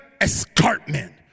Escarpment